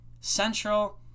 Central